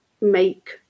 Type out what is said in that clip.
make